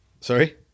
Sorry